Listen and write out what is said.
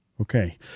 Okay